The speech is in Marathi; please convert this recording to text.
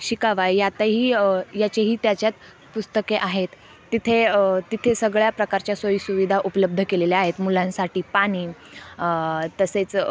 शिकावा यातही याचेही त्याच्यात पुस्तके आहेत तिथे तिथे सगळ्या प्रकारच्या सोयिसुविधा उपलब्ध केलेल्या आहेत मुलांसाठी पाणी तसेच